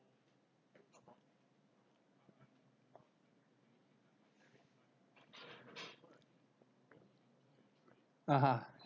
(uh huh)